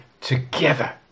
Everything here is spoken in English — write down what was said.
together